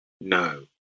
no